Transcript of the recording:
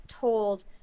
told